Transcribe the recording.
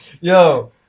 yo